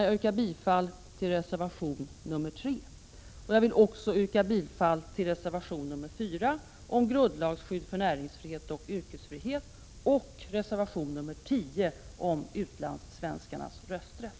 Jag yrkar bifall till reservation 3. Jag vill också yrka bifall till reservation 4 om grundlagsskydd för näringsfrihet och yrkesfrihet samt till reservation 10 om utlandssvenskarnas rösträtt.